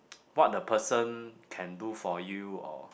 what the person can do for you or